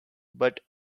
but